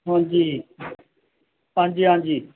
आं जी आं जी आं जी